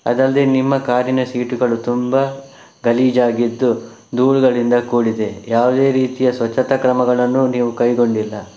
ಅದಲ್ಲದೆ ನಿಮ್ಮ ಕಾರಿನ ಸೀಟುಗಳು ತುಂಬ ಗಲೀಜಾಗಿದ್ದು ಧೂಳುಗಳಿಂದ ಕೂಡಿದೆ ಯಾವುದೇ ರೀತಿಯ ಸ್ವಚ್ಛತಾ ಕ್ರಮಗಳನ್ನು ನೀವು ಕೈಗೊಂಡಿಲ್ಲ